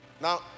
Now